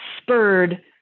spurred